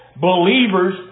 believers